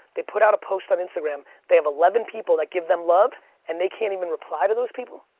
they put out a post on instagram, they have eleven people that give them love and they can't even reply to those people?